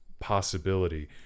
possibility